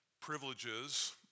privileges